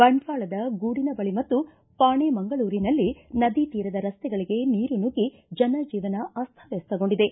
ಬಂಟ್ವಾಳದ ಗೂಡಿನ ಬಳಿ ಮತ್ತು ಪಾಣೆ ಮಂಗಳೂರಿನಲ್ಲಿ ನದಿ ತೀರದ ರಸ್ತೆಗಳಿಗೆ ನೀರು ನುಗ್ಗಿ ಜನಜೀವನ ಅಸ್ವವ್ಯಸ್ಥಗೊಂಡಿದೆ